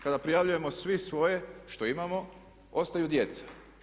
Kada prijavljujemo svi svoje što imamo, ostaju djeca.